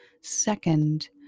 Second